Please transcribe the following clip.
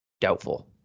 doubtful